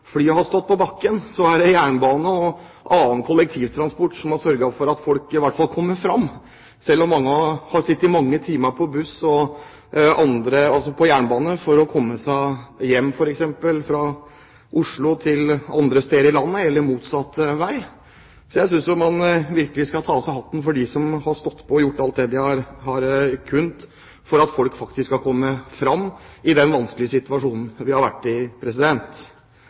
ikke har gått, når fly har stått på bakken, har jernbanen og annen kollektivtransport sørget for at folk i hvert fall har kommet fram, selv om mange har sittet mange timer på buss og jernbane for å komme seg hjem fra f.eks. Oslo til andre steder av landet, eller motsatt vei. Så jeg synes man virkelig skal ta av seg hatten for dem som har stått på og gjort alt det de har kunnet for at folk faktisk skal komme fram i den vanskelige situasjonen vi har vært i.